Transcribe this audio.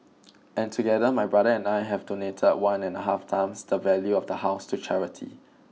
and together my brother and I have donated one and a half times the value of the house to charity